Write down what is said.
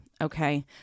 okay